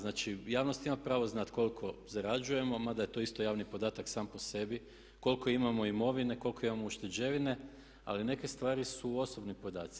Znači javnost ima pravo znati koliko zarađujemo, mada je to isto javni podatak sam po sebi, koliko imamo imovine, koliko imamo ušteđevine ali neke stvari su osobno podaci.